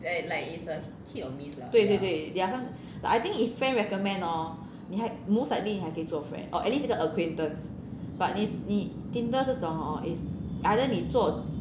对对对 there are some I think if friend recommend hor 你还 most likely 你还可以做 friend or at least 一个 acquaintance but 你你 tinder 这种 hor is either 你做